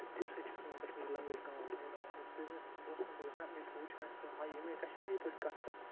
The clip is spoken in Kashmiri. تمہ سۭتۍ چھِ سٲنۍ کَشمیٖری لَنٛگویج پرَموٹ گَژھان ییٚلہِ بِزنِس برونٛہہ کُن چھُ گَژھان سُہ وٕچھان چھ امے کَشمیٖری پٲٹھۍ کتھ کٔر